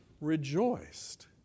rejoiced